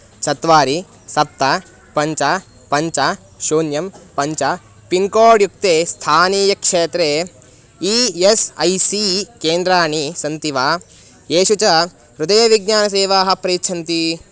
चत्वारि सप्त पञ्च पञ्च शून्यं पञ्च पिन्कोड् युक्ते स्थानीयक्षेत्रे ई एस् ऐ सी केन्द्राणि सन्ति वा येषु च हृदयविज्ञानसेवाः प्रयच्छन्ति